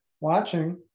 Watching